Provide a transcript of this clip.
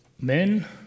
men